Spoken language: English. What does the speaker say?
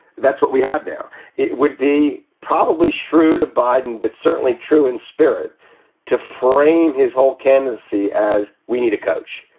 that's what we have now it would be probably shrewd of biden, but certainly true in spirit to frame his whole candidacy as we need a coach.